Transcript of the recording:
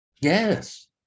Yes